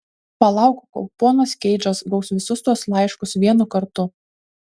palauk kol ponas keidžas gaus visus tuos laiškus vienu kartu